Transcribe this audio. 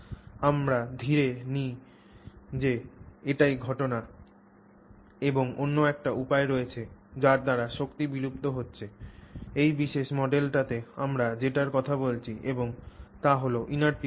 আমরা ধরে নিই যে এটিই ঘটনা এবং অন্য একটি উপায় রয়েছে যার দ্বারা শক্তি বিলুপ্ত হচ্ছে এই বিশেষ মডেলটিতে আমরা যেটির কথা বলছি এবং তা হল inter tube sliding